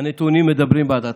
הנתונים מדברים בעד עצמם.